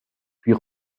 puis